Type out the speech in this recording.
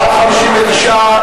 בעד, 59,